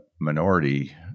minority